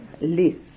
list